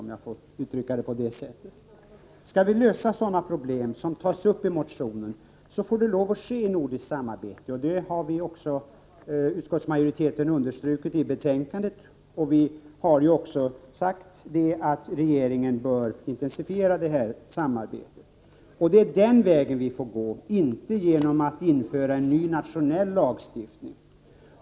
Om vi skall kunna lösa sådana problem som tas upp i motionen, får detta lov att ske inom ramen för det nordiska samarbetet. Detta har utskottsmajoriteten understrukit i betänkandet. Vi har också sagt att regeringen bör intensifiera detta samarbete. Det är den vägen vi får gå. Vi löser inte problemen genom att införa en ny nationell lagstiftning.